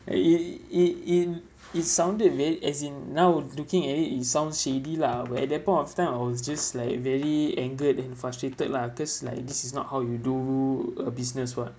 uh it it in it sounded weird as in now looking at it it sounds shady lah where at that point of time I was just like really angered and frustrated lah cause like this is not how you do a business what